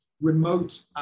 remote